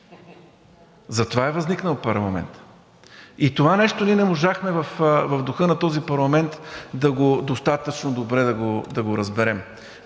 Затова е възникнал парламентът. И това нещо ние не можахме в духа на този парламент достатъчно добре да го разберем.